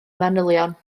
manylion